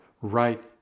right